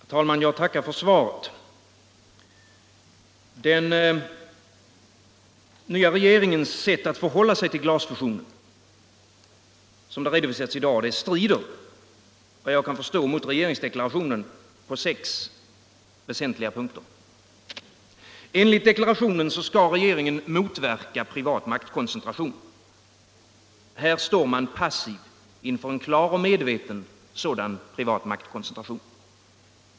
Herr talman! Jag tackar industriministern för svaret. Den nya regeringens sätt att förhålla sig till glasfusionen strider mot regeringsdeklarationen på sex väsentliga punkter. Enligt deklarationen skall regeringen motverka privat maktkoncentration. Här står man passiv inför en klar och medveten sådan privat maktkoncentration.